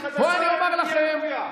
בוא נעשה הסכם, עיר ערבית חדשה עם בנייה רוויה.